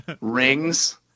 rings